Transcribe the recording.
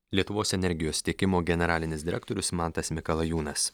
lietuvos energijos tiekimo generalinis direktorius mantas mikalajūnas